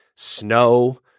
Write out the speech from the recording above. Snow